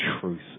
truth